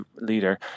leader